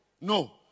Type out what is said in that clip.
No